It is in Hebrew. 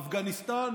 ואפגניסטן,